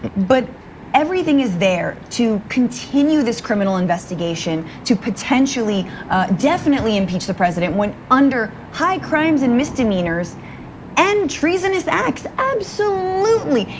but everything is there to continue this criminal investigation to potentially definitely impeach the president went under high crimes and misdemeanors and treasonous acts. absolutely,